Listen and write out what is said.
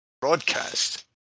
broadcast